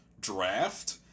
draft